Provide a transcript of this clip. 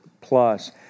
plus